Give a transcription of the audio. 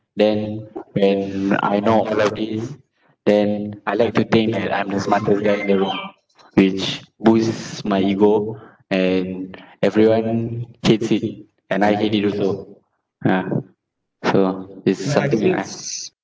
then when I know all of these then I like to think that I'm the smartest guy in the room which boosts my ego and everyone hates it and I hate it also ah so it's like